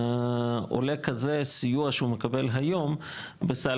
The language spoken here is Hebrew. עולה כזה סיוע שהוא מקבל היום בסל